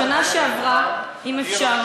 בשנה שעברה ------ אם אפשר,